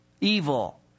evil